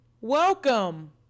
welcome